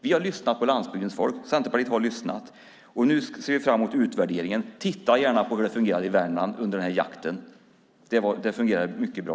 Vi har lyssnat på landsbygdens folk. Centerpartiet har lyssnat. Nu ser vi fram mot utvärderingen. Titta gärna på hur det fungerade i Värmland under denna jakt. Det fungerade mycket bra.